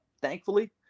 thankfully